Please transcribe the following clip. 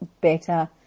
better